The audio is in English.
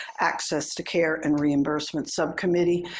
access to care and reimbursement subcommittee.